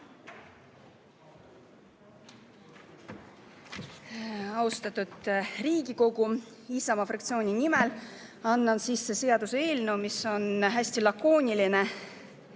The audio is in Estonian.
Austatud Riigikogu! Isamaa fraktsiooni nimel annan sisse seaduseelnõu, mis on hästi lakooniline: